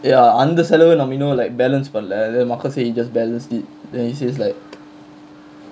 ya அந்த செலவு நம்ம இன்னும்:antha selavu namma innum like balance பன்ல:panla then marcus say he just balanced it then he says like